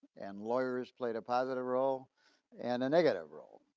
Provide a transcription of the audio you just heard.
and lawyers played a positive role and a negative role.